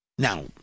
Now